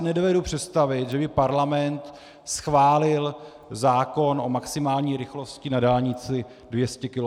Nedovedu si představit, že by Parlament schválil zákon o maximální rychlosti na dálnici 200 km/h.